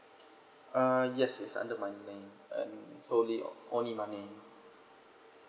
uh yes it's under my name and solely on only my name